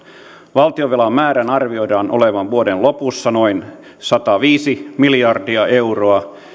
valtionvelan määrän arvioidaan olevan vuoden lopussa noin sataviisi miljardia euroa